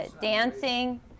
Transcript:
dancing